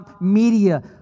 media